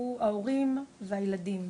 הוא ההורים והילדים.